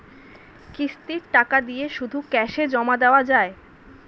কিস্তির টাকা দিয়ে শুধু ক্যাসে জমা দেওয়া যায়?